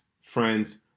friends